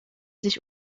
sich